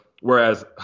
Whereas